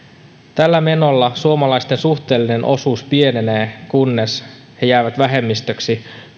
tällä menolla suomalaisten suhteellinen osuus pienenee kunnes he jäävät vähemmistöksi